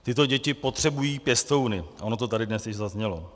Tyto děti potřebují pěstouny, a ono to tady už dnes zaznělo.